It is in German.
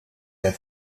der